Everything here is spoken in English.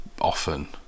often